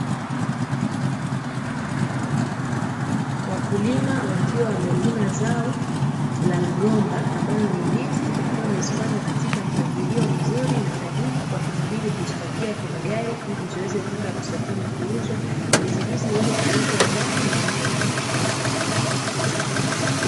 Wakulima wakiwa wamevuna zao la mgomba ambalo ni ndizi, wakiwa wamezipanga katika mpangilio mzuri na sahihi wakisubiri kuzipakia kwenye gari, ili ziweze kwenda masokoni kuuzwa. Ndizi hizi huuzwa ndani na nje ya nchi.